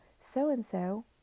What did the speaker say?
So-and-so